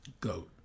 Goat